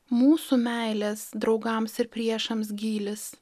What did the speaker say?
mūsų meilės draugams ir priešams gylis